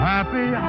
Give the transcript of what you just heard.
Happy